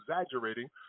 exaggerating